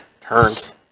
Turns